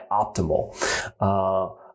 optimal